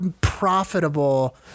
profitable